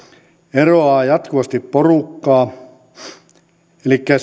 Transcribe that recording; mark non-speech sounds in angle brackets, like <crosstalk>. eroaa jatkuvasti porukkaa elikkä <unintelligible>